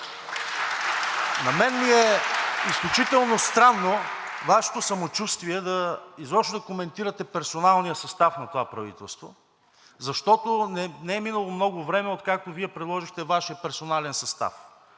На мен ми е изключително странно Вашето самочувствие изобщо да коментирате персоналния състав на това правителство, защото не е минало много време, откакто Вие предложихте Вашия персонален състав.